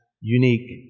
unique